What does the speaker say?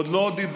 עוד לא דיברנו,